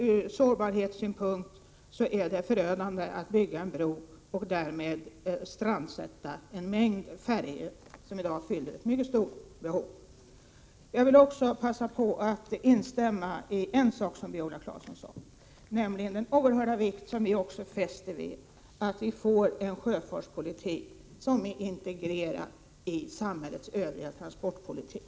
Ur sårbarhetssynpunkt är det förödande att bygga en bro över Öresund och därmed också strandsätta en mängd färjor, som i dag fyller ett mycket stort behov. Jag håller med Viola Claesson om en sak, nämligen hur oerhört viktigt det är att Sverige för en sjöfartspolitik som integreras i landets övriga transportpolitik.